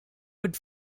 would